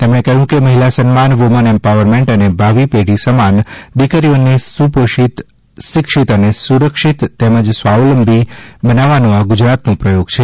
તેમણે કહ્યું કે મહિલ સન્માન વૂમન એમ્પાવરમેન્ટ અને ભાવિ પેઢી સમાન દિકરીઓને સુપોષિત શિક્ષિત અને સુરક્ષિત તેમજ સ્વાવલંબી બનાવવાઓ આ ગુજરાત પ્રયોગ છે